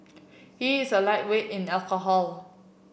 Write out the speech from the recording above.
he is a lightweight in alcohol